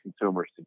consumers